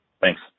Thanks